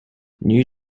new